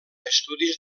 estudis